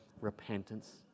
repentance